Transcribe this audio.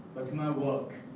my work,